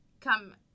come